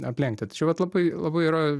aplenkti tai čia vat labai labai yra